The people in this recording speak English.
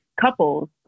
couples